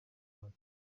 awards